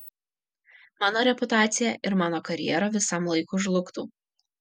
mano reputacija ir mano karjera visam laikui žlugtų